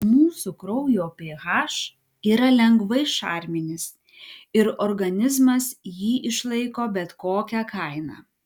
mūsų kraujo ph yra lengvai šarminis ir organizmas jį išlaiko bet kokia kaina